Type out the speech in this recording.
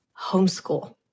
Homeschool